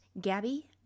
Gabby